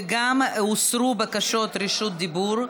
וגם הוסרו בקשות רשות דיבור.